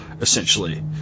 essentially